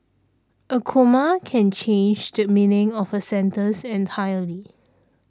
a comma can change the meaning of a sentence entirely